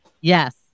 Yes